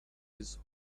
his